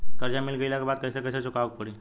कर्जा मिल गईला के बाद कैसे कैसे चुकावे के पड़ी?